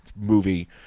movie